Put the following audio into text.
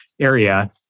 area